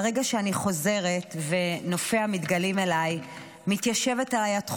למרות שהנושא שאתה מעלה בנושא הבדואים הוא מאוד מאוד חשוב.